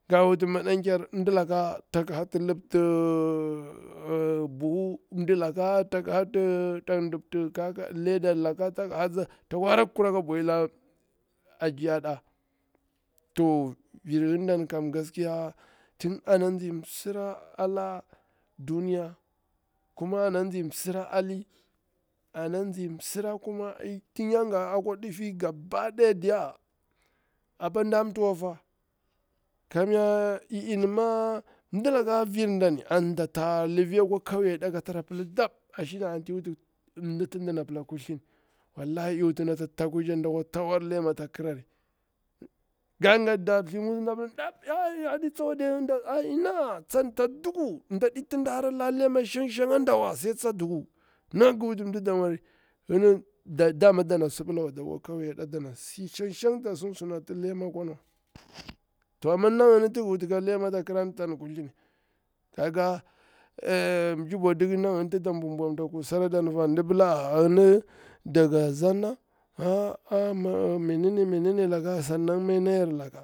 Nga wuti maɗanker mɗilaka tak hatti lumtur buhu, mɗila ko tak dupto leader laka tak hatsa tsa kwa hara kuraki a bwahila ajiya nɗa, toh vir ngindanm kam gasiya ti ana tsi msira ala duniya kuma ana tsi msira alli ana alli tin nya nga akwai ɗiffi gaba daya diya apa nɗa mti wa diya, kamnya ii mi ma, mɗilika virdam anda ta lifi akwa ƙauye ɗa katara pila kai aslrina anti i wuti mɗi nati dana pila kuthli ni wallahi i wutini ata taku dakwa ta war lema a ta ƙriri, nga gatu da thli musu nɗa pila tam aɗi tsawa diya ngindani tsa, tsa duku anti nɗa kwa tawa lema ata kiari, mɗaɗi natiɗi horari lem a dawa shang shang tsa duku niga ngii wutu mdi damwa ri, ngini dama dana si bilawa dakwa kauye, dani siwa shang shang da sidi sunati lema akwa wa, toh amnna na gini ti ngi wuti ka lema ata krari ni tsan kuthli ni, ka ga mji bwaduku na gini ti da bwamta kusara dani am daga zanna me ne me ne laka yarari.